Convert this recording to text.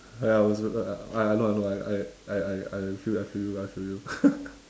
ya I was I I I know I know I I I I feel you I feel you